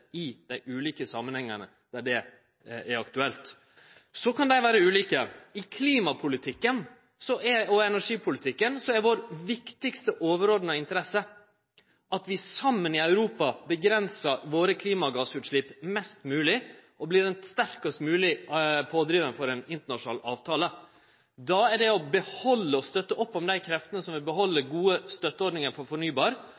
i dei ulike samanhengane, der det er aktuelt. Så kan dei vere ulike. I klimapolitikken og energipolitikken er den viktigaste overordna interessa vår at vi saman i Europa avgrensar klimagassutsleppa våre mest mogleg, og vert ein sterkast mogleg pådrivar for ei internasjonal avtale. Då er det som er viktig, å behalde og stø opp om dei kreftene som vil